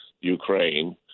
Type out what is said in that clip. Ukraine